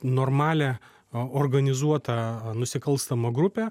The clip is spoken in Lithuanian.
normalią organizuotą nusikalstamą grupę